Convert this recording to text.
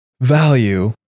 value